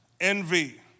envy